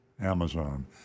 Amazon